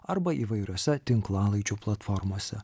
arba įvairiose tinklalaidžių platformose